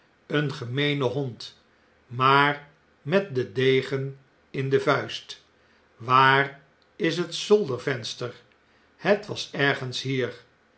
een gemeene hond maar met den degen in de vuist waar is het zoldervenster het was ergens hier